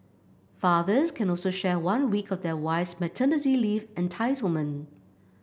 fathers can also share one week of their wife's maternity leave entitlement